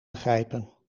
begrijpen